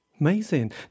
Amazing